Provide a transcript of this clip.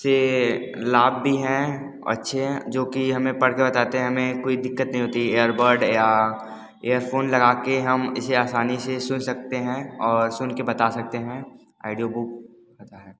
से लाभ भी हैं अच्छे हैं जो कि हमें पढ़ कर बताते हैं हमें कोई दिक्कत नहीं होती एयरबड या एयर फ़ोन लगा के हम इसे असानी से सुन सकते हैं और सुन के बता सकते हैं आइडियो बुक होता है